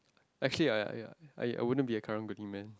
actually ya ya ya I wouldn't be a karang-guni man